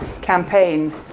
campaign